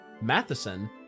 Matheson